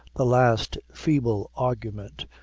the last feeble argument,